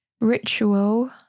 ritual